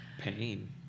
pain